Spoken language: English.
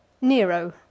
Nero